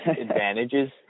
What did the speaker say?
advantages